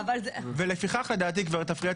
גברת אפריאט,